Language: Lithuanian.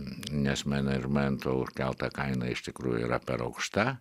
nes menedžmento užkelta kaina iš tikrųjų yra per aukšta